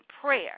prayer